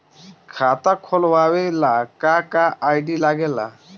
खाता खोलवावे ला का का आई.डी लागेला?